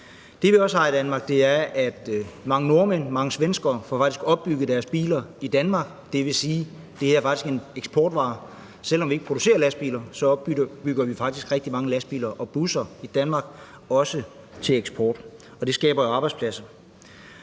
Det, vi også ser i Danmark, er, at mange nordmænd og svenskere faktisk får opbygget deres biler i Danmark. Det vil sige, at det her faktisk er en eksportvare. Selv om vi ikke producerer lastbiler, opbygger vi faktisk rigtig mange lastbiler og busser i Danmark, også til eksport. Det skaber jo arbejdspladser.